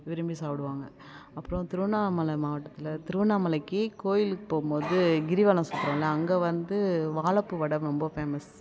விரும்பி சாப்பிடுவாங்க அப்புறம் திருவண்ணாமலை மாவட்டத்தில் திருவண்ணாமலைக்கு கோவிலுக்கு போகும்போது கிரிவலம் சுத்துகிறோம்ல அங்கே வந்து வாழைப்பூ வடை ரொம்ப ஃபேமஸ்